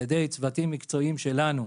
על ידי צוותים מקצועיים שלנו,